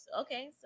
Okay